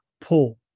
pull